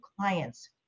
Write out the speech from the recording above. clients